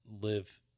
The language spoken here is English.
live